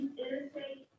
interstate